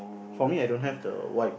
for me I don't have the white